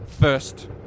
First